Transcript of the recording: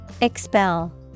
Expel